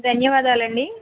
ధన్యవాదాలండి